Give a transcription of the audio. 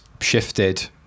shifted